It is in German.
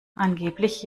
angeblich